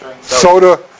Soda